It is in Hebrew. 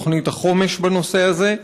תוכנית החומש בנושא הזה.